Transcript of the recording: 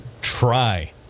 try